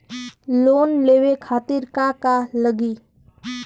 Loan लेवे खातीर का का लगी?